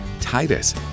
Titus